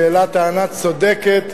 שהעלה טענה צודקת,